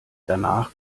danach